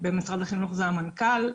זה המנכ"ל.